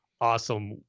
awesome